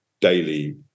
daily